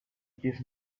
give